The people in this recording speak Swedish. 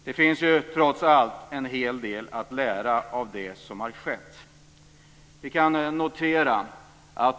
Det finns trots allt en hel del att lära av det som har skett.